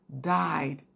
died